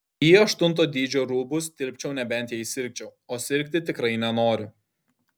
į aštunto dydžio rūbus tilpčiau nebent jei sirgčiau o sirgti tikrai nenoriu